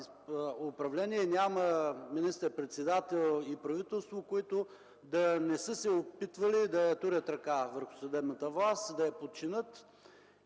управление, няма министър-председател и правителство, които да не са се опитвали да сложат ръка върху съдебната власт и да я подчинят.